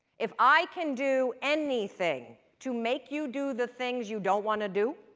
if i can do anything to make you do the things you don't want to do,